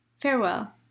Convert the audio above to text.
Farewell